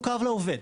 אנחנו קו לעובד.